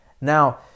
now